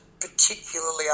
particularly